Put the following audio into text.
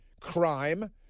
crime